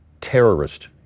terrorist